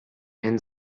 and